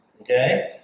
Okay